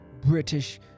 British